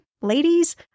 ladies